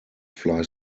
fly